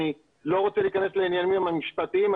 אני לא רוצה להיכנס לעניינים המשפטיים,